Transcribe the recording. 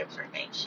information